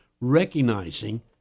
recognizing